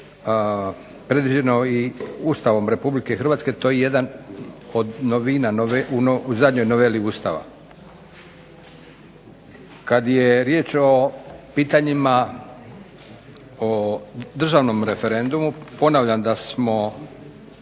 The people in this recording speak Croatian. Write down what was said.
predviđeno i Ustavom RH, to je jedna od novina u zadnjoj noveli Ustava. Kad je riječ o pitanjima o državnom referendumu ponavljam da smo